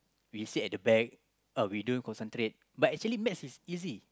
we sit at the back uh we don't concentrate but actually maths is easy